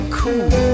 cool